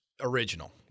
original